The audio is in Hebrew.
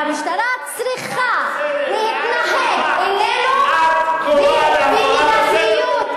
והמשטרה צריכה, ואת קוראת להפרת הסדר.